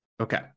Okay